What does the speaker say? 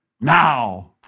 now